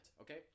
Okay